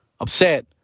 upset